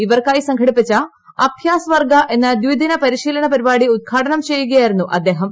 ഇവർക്കായിസംഘടിപ്പിച്ച അഭ്യാസ്വർഗ്ഗ എന്ന ദ്വിദിന് പ്രരിശീലന പരിപാടിഉദ്ഘാടനം ചെയ്യുകയായിരുന്നുഅദ്ദേഹം